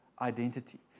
identity